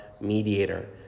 mediator